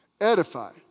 edify